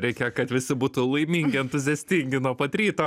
reikia kad visi būtų laimingi entuziastingi nuo pat ryto